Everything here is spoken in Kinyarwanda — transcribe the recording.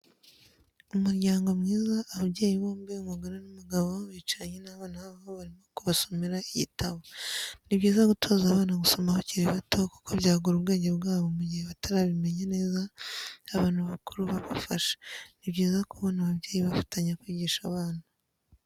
Umuryango mwiza ababyeyi bombi umugore n'umugabo bicaranye n'abana babo barimo kubasomera igitabo, ni byiza gutoza abana gusoma bakiri bato kuko byagura ubwenge bwabo mu gihe batarabimenya neza abantu bakuru babafasha, ni byiza kubona ababyeyi bafatanya kwigisha abana.